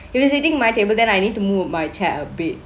if he is sittingk in my table then I need to move my chair a bit